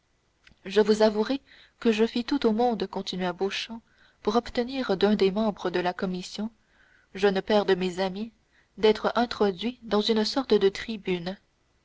je vous avouerai que je fis tout au monde continua beauchamp pour obtenir d'un des membres de la commission jeune pair de mes amis d'être introduit dans une sorte de tribune